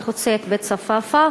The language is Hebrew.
שחוצה את בית-צפאפא.